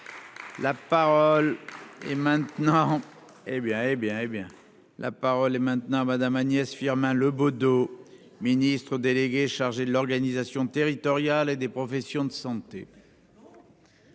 La parole est maintenant Madame Agnès Firmin Le Bodo Ministre délégué chargé de l'organisation territoriale et des professions de santé.